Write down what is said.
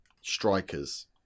strikers